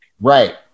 Right